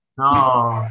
no